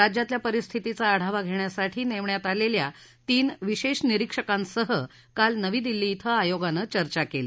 राज्यातल्या परिस्थितीचा आढावा घेण्यासाठी नेमण्यात आलेल्या तीन विशेष निरिक्षकांसह काल नवी दिल्ली क्वें आयोगानं चर्चा केली